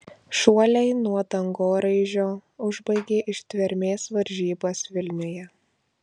šuoliai nuo dangoraižio užbaigė ištvermės varžybas vilniuje